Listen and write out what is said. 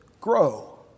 grow